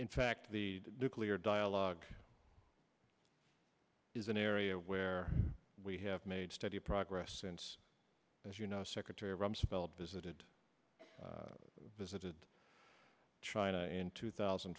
in fact the nuclear dialogue is an area where we have made steady progress since as you know secretary rumsfeld visited visited china in two thousand